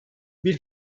bir